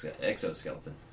exoskeleton